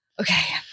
Okay